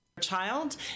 child